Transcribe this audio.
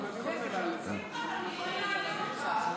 תודה רבה.